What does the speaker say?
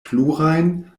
plurajn